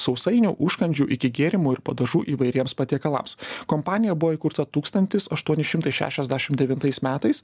sausainių užkandžių iki gėrimų ir padažų įvairiems patiekalams kompanija buvo įkurta tūkstantis aštuoni šimtai šešiasdešim devintais metais